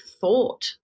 thought